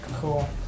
Cool